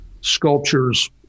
sculptures